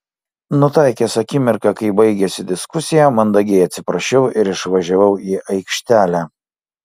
nutaikęs akimirką kai baigėsi diskusija mandagiai atsiprašiau ir išvažiavau į aikštelę